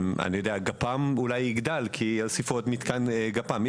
הגפ"מ יגדל כי יוסיפו עוד מתקן גפ"מ.